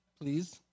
please